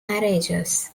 marriages